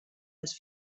els